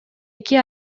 эки